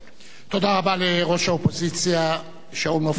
תודה רבה לראש האופוזיציה שאול מופז.